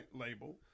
label